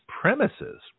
premises